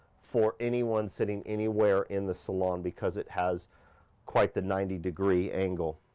for anyone sitting anywhere in the saloon, because it has quite the ninety degree angle.